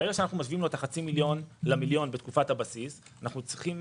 כאשר אנחנו משווים לו את החצי מיליון למיליון בתקופת הבסיס אנחנו צריכים